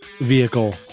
vehicle